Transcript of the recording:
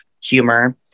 humor